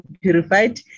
purified